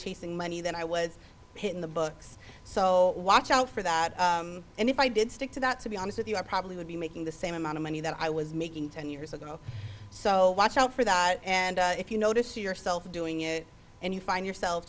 chasing money than i was hitting the books so watch out for that and if i did stick to that to be honest with you i probably would be making the same amount of money that i was making ten years ago so watch out for that and if you notice yourself doing it and you find yourself